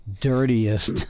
dirtiest